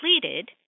completed